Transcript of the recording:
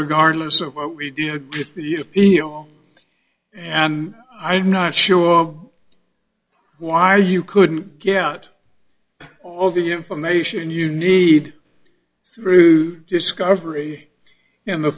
regardless of what we did with the appeal and i'm not sure why you couldn't get all the information you need through discovery in the